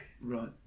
Right